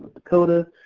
dakota.